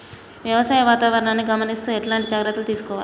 వ్యవసాయ వాతావరణాన్ని గమనిస్తూ ఎట్లాంటి జాగ్రత్తలు తీసుకోవాలే?